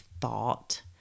thought